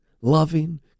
loving